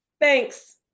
Thanks